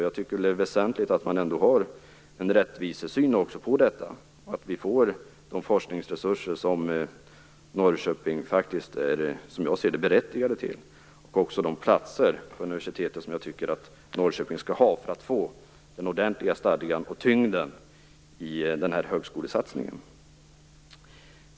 Jag tycker att det är väsentligt att ha en rättvisesyn också på detta och att Norrköping får de forskningsresurser som man är berättigad till och de platser på universitetet som Norrköping bör ha för att få den ordentliga stadgan och tyngden i den här högskolesatsningen.